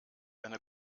eine